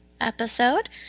episode